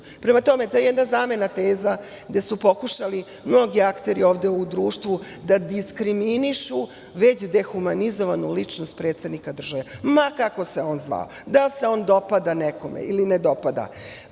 tome, ta jedna zamena teza gde su pokušali mnogi akteri ovde u društvu da diskriminišu već dehumanizovanu ličnost predsednika države, ma kako se on zvao, da li se on dopada nekome ili ne dopada,